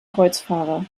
kreuzfahrer